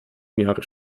miary